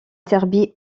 serbie